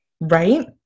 Right